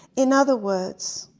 in other words,